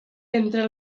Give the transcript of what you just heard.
entre